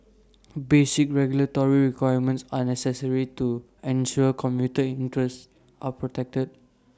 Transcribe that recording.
basic regulatory requirements are necessary to ensure commuter interests are protected